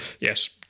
yes